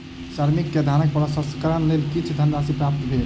श्रमिक के धानक प्रसंस्करणक लेल किछ धनराशि प्राप्त भेल